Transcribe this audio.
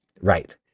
right